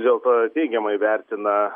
dėl to teigiamai vertina